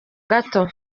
gato